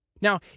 Now